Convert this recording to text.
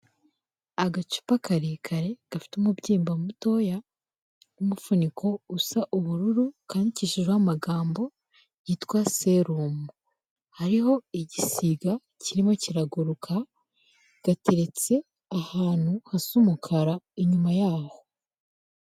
Agacupa karekare gafite umubyimba mutoya n'umufuniko usa ubururu kandikishijeho amagambo yitwa Serum, hariho igisiga kirimo kiraguruka, gateretse ahantu hasa umukara inyuma yaho.